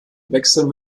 wechseln